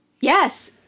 Yes